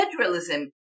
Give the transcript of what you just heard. Federalism